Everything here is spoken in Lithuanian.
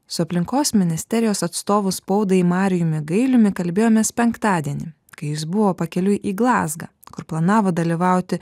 su aplinkos ministerijos atstovu spaudai marijumi gailiumi kalbėjomės penktadienį kai jis buvo pakeliui į glazgą kur planavo dalyvauti